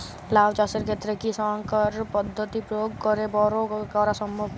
লাও চাষের ক্ষেত্রে কি সংকর পদ্ধতি প্রয়োগ করে বরো করা সম্ভব?